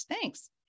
Thanks